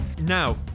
Now